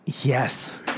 Yes